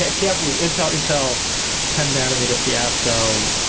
like heavily, intel, intel ten nanometer fiasco,